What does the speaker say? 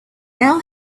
now